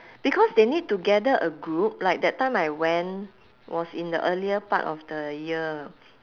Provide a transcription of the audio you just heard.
because they need to gather a group like that time I went was in the earlier part of the year